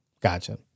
gotcha